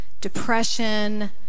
depression